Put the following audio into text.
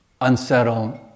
unsettled